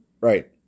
Right